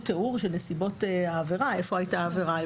תיאור של נסיבות העבירה היכן הייתה העבירה,